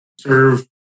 serve